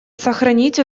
сохранить